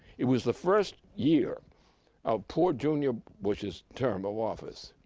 it was the first year of poor junior bush's term of office.